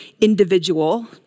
individual